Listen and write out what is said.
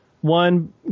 one